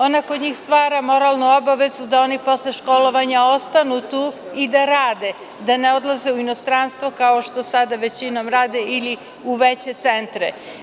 Ona kod njih stvara moralnu obavezu da oni posle školovanja ostanu tu i da rade, da ne odlaze u inostranstvo kao što većina radi ili u veće centre.